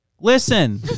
listen